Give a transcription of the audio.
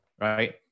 right